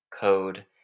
code